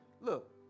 look